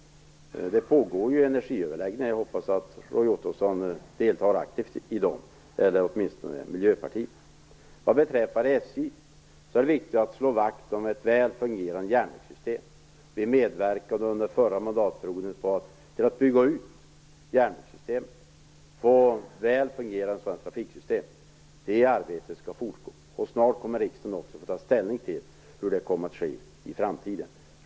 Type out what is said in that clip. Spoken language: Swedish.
Det pågår energiöverläggningar. Jag hoppas att Roy Ottosson, eller åtminstone Miljöpartiet, deltar aktivt i dem. Vad beträffar SJ vill jag säga att det är viktigt att slå vakt om ett väl fungerande järnvägssystem. Vi medverkade under förra mandatperioden till att bygga ut järnvägssystemen och få väl fungerande trafiksystem. Det arbetet skall fortgå. Snart kommer riksdagen också att få ta ställning till hur det kommer att ske i framtiden.